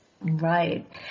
Right